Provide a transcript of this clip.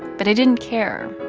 but i didn't care.